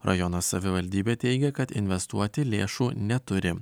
rajono savivaldybė teigia kad investuoti lėšų neturi